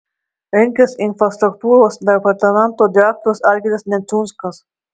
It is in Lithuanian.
rinkos infrastruktūros departamento direktorius algirdas neciunskas